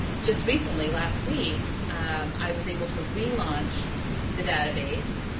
just recently last week i was able to relaunch the database.